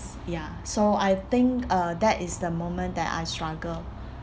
ya so I think uh that is the moment that I struggle